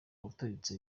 guturitsa